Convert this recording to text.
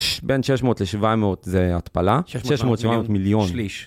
בין 600 ל-700 זה התפלה, 600 ל-700 מיליון שליש.